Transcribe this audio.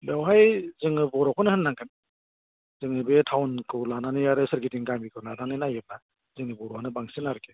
बेवहाय जोङो बर'खौनो होननांगोन जोंनि बे टाउनखौ लानानै आरो सोरगिदिं गामिखौ लानानै नायोबा जोंनि बर'आनो बांसिन आरोकि